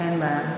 אין בעיה.